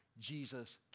Jesus